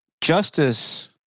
justice